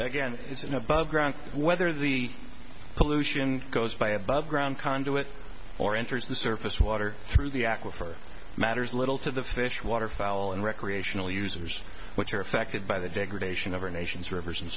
again is an above ground whether the pollution goes by above ground conduit or enters the surface water through the aquifer matters little to the fish water fowl and recreational users which are affected by the degradation of our nation's rivers and